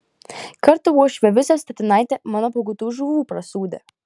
kartą uošvė visą statinaitę mano pagautų žuvų prisūdė